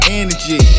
energy